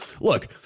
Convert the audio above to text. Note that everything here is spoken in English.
look